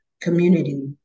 community